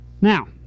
Now